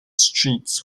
streets